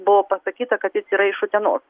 buvo pasakyta kad jis yra iš utenos